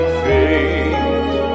fate